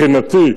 שמבחינתי,